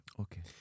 Okay